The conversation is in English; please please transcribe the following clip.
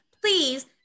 Please